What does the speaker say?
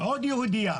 עוד יהודייה.